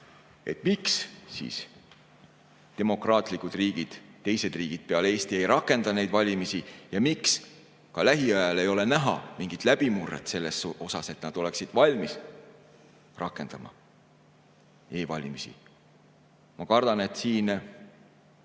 Miks siis demokraatlikud riigid, teised riigid peale Eesti ei rakenda neid valimisi? Ja miks ka lähiajal ei ole näha mingit läbimurret selles, nii et nad oleksid valmis rakendama e-valimisi? Ma kardan, et nendes